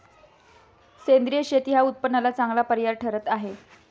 सेंद्रिय शेती हा उत्पन्नाला चांगला पर्याय ठरत आहे